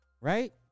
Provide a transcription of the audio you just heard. right